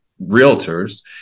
realtors